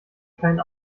kein